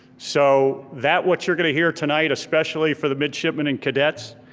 so that what you're gonna hear tonight, especially for the midshipmen and cadets,